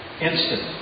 Instant